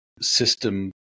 system